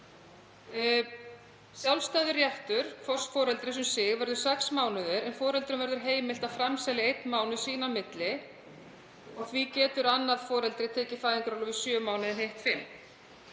Sjálfstæður réttur hvors foreldris um sig verður sex mánuðir en foreldrum verður heimilt að framselja einn mánuð sín á milli. Því getur annað foreldrið tekið fæðingarorlof í sjö mánuði en hitt fimm.